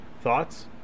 Thoughts